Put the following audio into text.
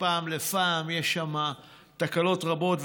ומפעם לפעם יש שם תקלות רבות,